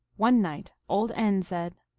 one night old n. said,